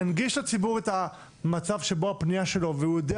ננגיש לציבור את המצב שבו הפניה שלו נמצאת והוא יודע